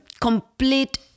complete